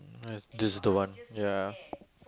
right this is the one ya